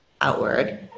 outward